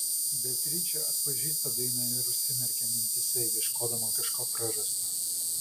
beatričė atpažįsta dainą ir užsimerkia mintyse ieškodama kažko prarasto